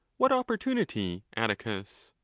what opportunity, atticus?